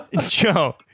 Joe